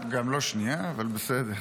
גם לא שנייה, אבל בסדר.